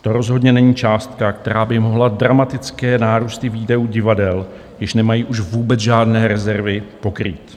To rozhodně není částka, která by mohla dramatické nárůsty výdajů divadel, jež nemají už vůbec žádné rezervy, pokrýt.